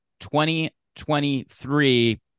2023